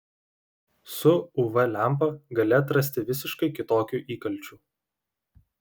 su uv lempa gali atrasti visiškai kitokių įkalčių